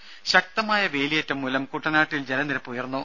ദര ശക്തമായ വേലിയേറ്റം മൂലം കുട്ടനാട്ടിൽ ജലനിരപ്പ് ഉയർന്നു